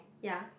ya